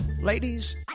Ladies